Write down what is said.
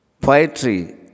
Poetry